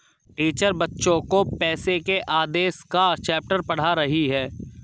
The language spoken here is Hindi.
टीचर बच्चो को पैसे के आदेश का चैप्टर पढ़ा रही हैं